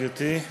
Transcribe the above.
גברתי.